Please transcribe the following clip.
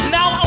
Now